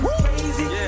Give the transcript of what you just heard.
crazy